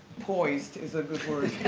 poised is a good word.